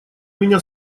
меня